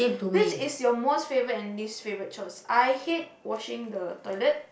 which is your most favourite and least favourite chores I hate washing the toilet